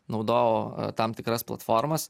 naudojau tam tikras platformas